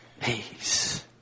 peace